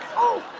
oh,